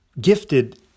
gifted